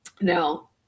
Now